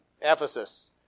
Ephesus